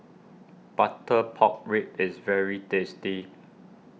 Butter Pork Ribs is very tasty